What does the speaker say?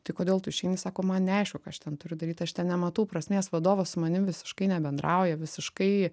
tai kodėl tu išeini sako man neaišku ką aš ten turiu daryt aš ten nematau prasmės vadovas su manim visiškai nebendrauja visiškai